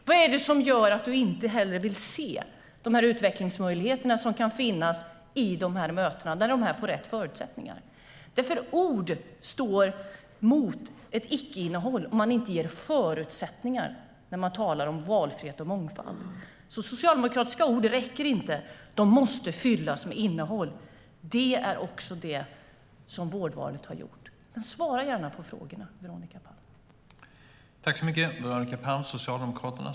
Vad är det som gör att du inte hellre vill se utvecklingsmöjligheterna som kan finnas i de här mötena när de får rätt förutsättningar? Orden står för ett icke-innehåll om man inte ger förutsättningar när man talar om valfrihet och mångfald. Socialdemokratiska ord räcker inte. De måste fyllas med innehåll. Det är också det som vårdvalet har gjort. Svara gärna på frågorna, Veronica Palm!